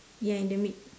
ya in the mid~